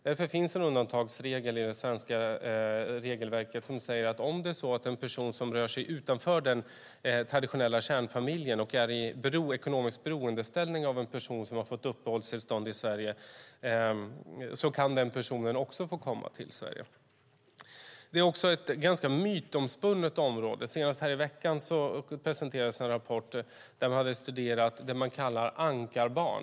Därför finns en undantagsregel i det svenska regelverket som säger att om det är en person som rör sig utanför den traditionella kärnfamiljen och är i ekonomisk beroendeställning till en person som har fått uppehållstillstånd i Sverige så kan den personen också få komma till Sverige. Det är också ett ganska mytomspunnet område. Senast här i veckan presenterades en rapport där man hade studerat vad man kallar ankarbarn.